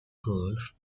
golf